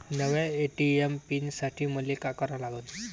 नव्या ATM pin साठी मले का करा लागन?